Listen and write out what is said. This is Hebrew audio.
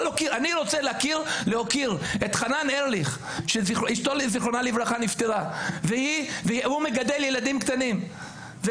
אני רוצה להוקיר את חנן ארליך שאשתו ז"ל נפטרה והוא מגדל ילדים קטנים,